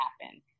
happen